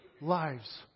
lives